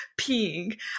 peeing